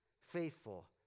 faithful